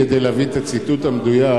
כדי להביא את הציטוט המדויק,